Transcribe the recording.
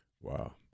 Wow